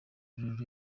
rurerure